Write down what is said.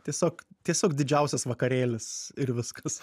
tiesiog tiesiog didžiausias vakarėlis ir viskas